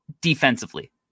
defensively